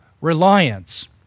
reliance